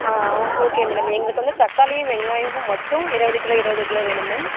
ஆ okay madam எங்களுக்கு வந்து தக்காளியும் வெங்காயமும் மட்டும் இருபது கிலோ இருபது கிலோ வேணும் மேம்